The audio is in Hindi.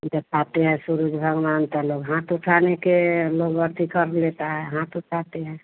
दिखाते हैं सूरज भगवान का लोग हाथ उठाने के लोग अथि कर लेता है हाथ उठाते हैं